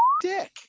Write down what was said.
dick